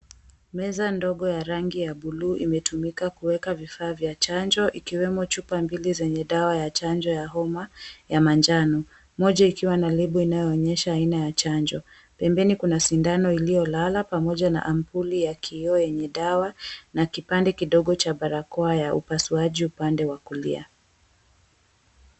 Meza ndogo ya rangi ya buluu imetumika kuweka vifaa vya chanjo, ikiwemo chupa mbili zenye dawa ya chanjo ya homa ya manjano. Moja ikiwa na lebo inayoonyesha aina ya chanjo. Pembeni kuna sindano iliyolala pamoja na ampuli ya kioo yenye dawa, na kipande kidogo cha barakoa ya upasuaji upande wa kulia.